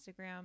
Instagram